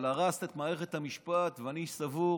אבל הרסת את מערכת המשפט, ואני סבור